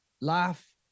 laugh